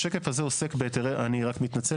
עוסק בהיתרי בנייה